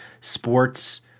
sports